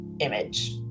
image